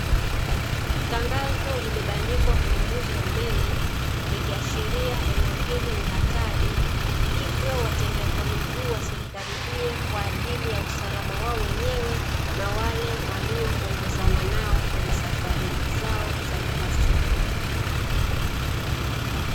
Tangazo limebandikwa kwenye nguzo ya umeme likiashiria eneo hili ni hatari, hivyo watembea kwa miguu wasilikaribie kwa ajili ya usalama wao wenyewe na wale walioongozana nao kwenye safari zao za kila siku.